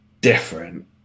different